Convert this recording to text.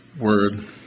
word